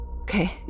Okay